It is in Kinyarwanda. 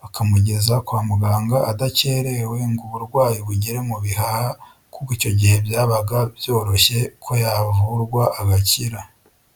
bakamugeza kwa muganga adakerewe ngo uburwayi bugere mu bihaha, kuko icyo gihe byabaga byoroshye ko yavurwa agakira.